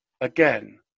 again